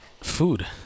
food